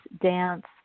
dance